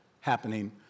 happening